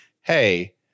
hey